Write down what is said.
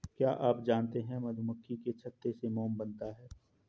क्या आप जानते है मधुमक्खी के छत्ते से मोम बनता है